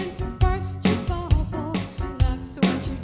and you